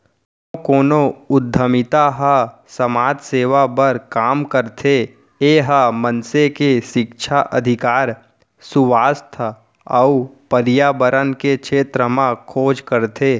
कोनो कोनो उद्यमिता ह समाज सेवा बर काम करथे ए ह मनसे के सिक्छा, अधिकार, सुवास्थ अउ परयाबरन के छेत्र म खोज करथे